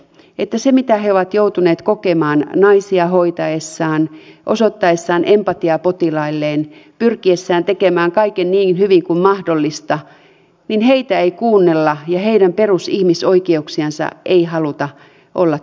että huolimatta siitä mitä he ovat joutuneet kokemaan naisia hoitaessaan osoittaessaan empatiaa potilailleen pyrkiessään tekemään kaiken niin hyvin kuin mahdollista heitä ei kuunnella ja heidän perusihmisoikeuksiansa ei haluta olla toteuttamassa